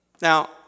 Now